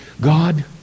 God